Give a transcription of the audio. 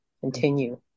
continue